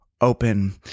open